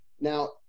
Now